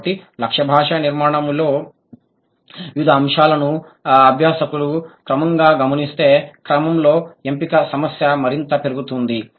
కాబట్టి లక్ష్య భాషా నిర్మాణంలోని వివిధ అంశాలను అభ్యాసకులు క్రమంగా గమనించే క్రమంలో ఎంపిక సమస్య మరింత పెరుగుతుంది